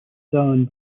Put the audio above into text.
zone